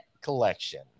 collection